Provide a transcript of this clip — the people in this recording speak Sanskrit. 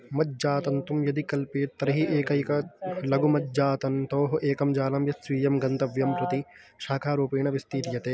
मज्जातन्तुं यदि कल्पेत् तर्हि एकैक लघुमज्जातन्तोः एकं जालं यत् स्वीयं गन्तव्यं प्रति शाखारूपेण विस्तीर्यते